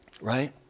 right